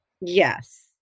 Yes